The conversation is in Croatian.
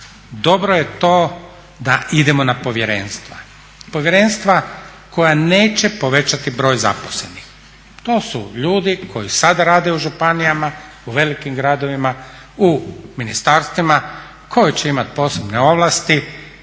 Dobro je to da idemo na povjerenstva, povjerenstva koja neće povećati broj zaposlenih. To su ljudi koji sada rade u županijama, u velikim gradovima, u ministarstvima koji će imati posebne ovlasti